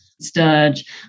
Sturge